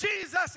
Jesus